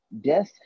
Death